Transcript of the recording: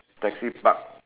taxi park